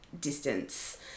distance